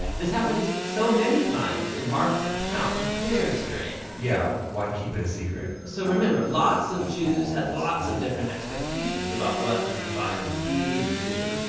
this happens so many times in mark's account, it's very strange. yeah, why keep it a secret? so remember, lots of jews had lots of different expectations about what the messiah would be and do,